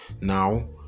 now